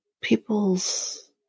people's